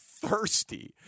Thirsty